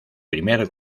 primer